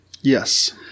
Yes